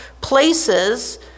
places